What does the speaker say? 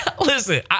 listen